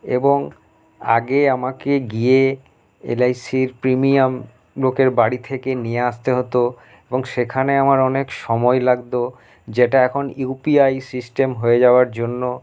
এবং আগে আমাকে গিয়ে এলআইসির প্রিমিয়াম লোকের বাড়ি থেকে নিয়ে আসতে হতো এবং সেখানে আমার অনেক সময় লাগতো যেটা এখন ইউপিআই সিস্টেম হয়ে যাওয়ার জন্য